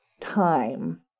time